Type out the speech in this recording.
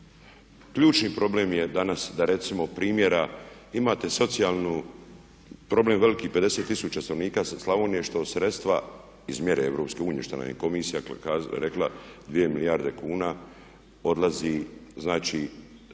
ključni problem je danas da recimo primjera imate socijalnu, problem veliki 50 000 stanovnika Slavonije što sredstva iz mjere EU, što nam je Komisija rekla 2 milijarde kuna odlazi znači